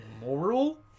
moral